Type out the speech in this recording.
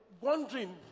wondering